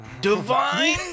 divine